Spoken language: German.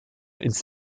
ins